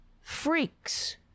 freaks